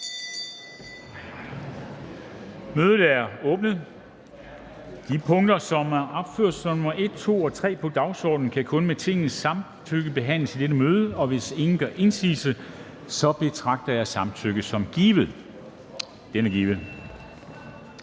Kristensen): De sager, som er opført som nr. 1, 2 og 3 på dagsordenen, kan kun med Tingets samtykke behandles i dette møde. Hvis ingen gør indsigelse, betragter jeg samtykket som givet. Det er givet.